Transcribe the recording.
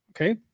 okay